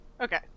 Okay